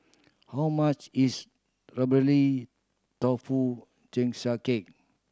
how much is strawberry tofu